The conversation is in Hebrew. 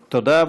תודה.